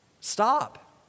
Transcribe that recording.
Stop